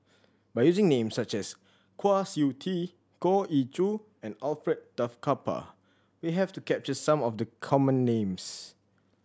by using names such as Kwa Siew Tee Goh Ee Choo and Alfred Duff Cooper we have to capture some of the common names